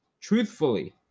Truthfully